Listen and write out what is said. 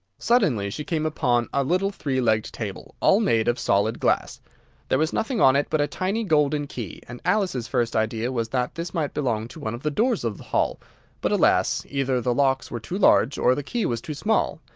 suddenly she came upon a little three-legged table, all made of solid glass there was nothing on it but a tiny golden key, and alice's first idea was that this might belong to one of the doors of the hall but, alas! either the locks were too large, or the key was too small,